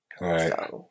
Right